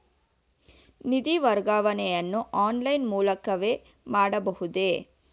ನಿಧಿ ವರ್ಗಾವಣೆಯನ್ನು ಆನ್ಲೈನ್ ಮೂಲಕವೇ ಮಾಡಬಹುದೇ?